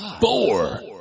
four